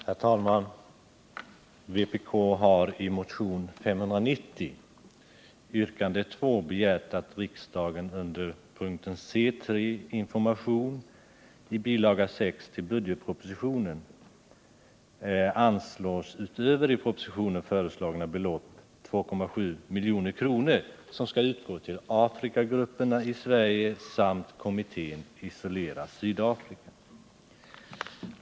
Herr talman! Vpk har i motionen 590, yrkandet 2, begärt att riksdagen under punkten C 3. Information i bil. 6 till budgetpropositionen utöver i propositionen föreslagna belopp anslår 2,7 milj.kr. som skall utgå till Afrikagrupperna i Sverige samt kommittén Isolera Sydafrika.